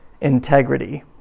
integrity